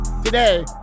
Today